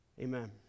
Amen